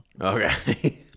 Okay